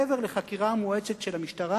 ומעבר לחקירה המואצת של המשטרה,